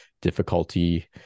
difficulty